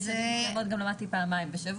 ובשנים מסוימות גם למדתי פעמיים בשבוע.